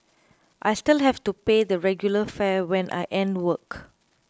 I still have to pay the regular fare when I end work